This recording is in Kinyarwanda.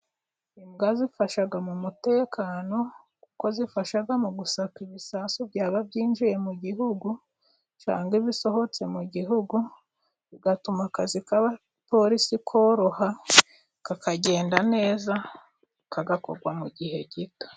Imbwa zifasha mu mutekano, kuko zifasha mu gusaka ibisasu byaba byinjiye mu gihugu, cyangwa bisohotse mu gihugu, bigatuma akazi k'abapolisi koroha, kakagenda neza, kagakorwa mu gihe gito.